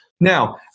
Now